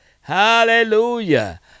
Hallelujah